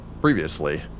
previously